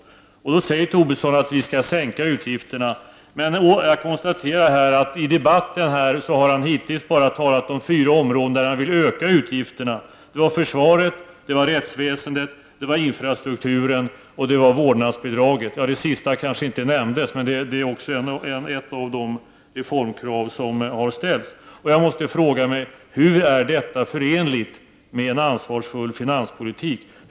Tobisson säger att vi skall sänka utgifterna, men jag konstaterar att han hittills i debatten har nämnt bara fyra områden där han vill öka utgifterna: försvaret, rättsväsendet, infrastrukturen och vårdnadsbidraget. Det sista kanske inte nämndes, men det är ett av de områden där reformkrav har förts fram. Jag måste fråga: Hur är detta förenligt med en ansvarsfull finanspolitik?